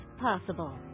possible